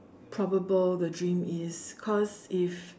probable the dream is cause if